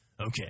Okay